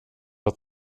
att